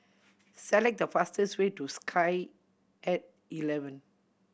select the fastest way to Sky At Eleven